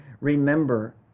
remember